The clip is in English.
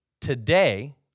today